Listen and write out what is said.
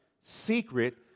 secret